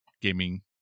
gaming